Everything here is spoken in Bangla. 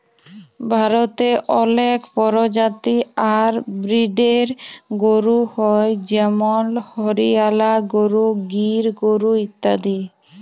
ভারতে অলেক পরজাতি আর ব্রিডের গরু হ্য় যেমল হরিয়ালা গরু, গির গরু ইত্যাদি